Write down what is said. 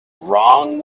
wrong